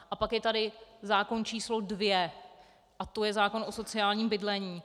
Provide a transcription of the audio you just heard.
A pak je tady zákon č. 2, to je zákon o sociálním bydlení.